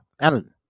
Alan